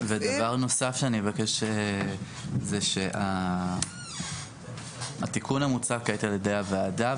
דבר נוסף שאני אבקש זה שהתיקון המוצע כעת על ידי הוועדה,